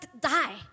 die